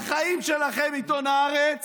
בחיים שלכם, עיתון הארץ,